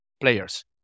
players